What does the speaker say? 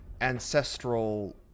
ancestral